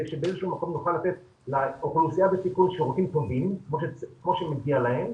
שבאיזה שהוא מקום נוכל לתת לאוכלוסייה בסיכון שירותים טובים כמו שמגיע להם,